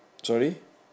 sorry